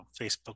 Facebook